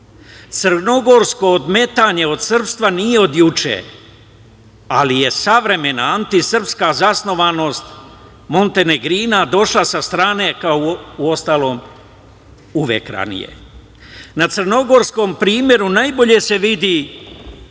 Crnogorsko ometanje od srpstva nije od juče, ali je savremena antisrpska zasnovanost Montenegrina došla sa strane, kao uostalom uvek ranije. Na crnogorskom primeru najbolje se vidi